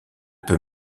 peut